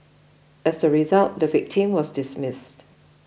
as a result the victim was dismissed